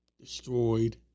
destroyed